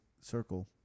circle